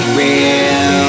real